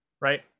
right